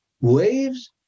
waves